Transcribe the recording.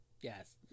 Yes